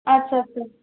আচ্ছা আচ্ছা